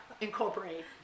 incorporate